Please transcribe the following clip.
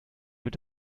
wird